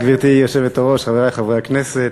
גברתי היושבת-ראש, תודה, חברי חברי הכנסת,